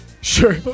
Sure